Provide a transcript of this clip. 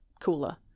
cooler